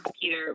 Peter